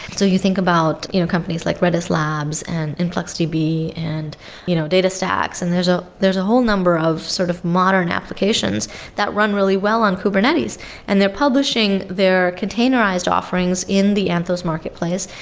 so you think about you know companies like redis labs and influxdb and you know data stacks. and there's ah there's a whole number of sort of modern applications that run really well on kubernetes and they're publishing their containerized offerings in the anthos marketplace.